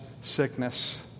sickness